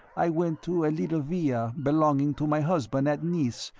i went to a little villa belonging to my husband at nice,